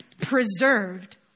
preserved